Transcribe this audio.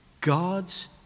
God's